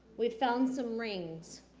we've found some rings.